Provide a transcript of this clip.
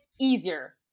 easier